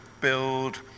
build